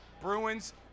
Bruins